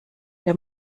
der